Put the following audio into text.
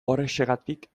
horrexegatik